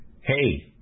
Hey